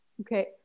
Okay